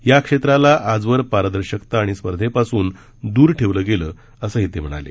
या क्षेत्राला आजवर पारदर्शकता आणि स्पर्धेपासून दूर ठेवलं गेलं असंही ते म्हणाले